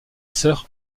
sir